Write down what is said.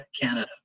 Canada